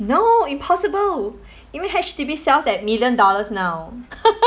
no impossible you mean H_D_B sells at million dollars now